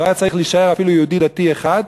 לא היה צריך להישאר אפילו יהודי דתי אחד,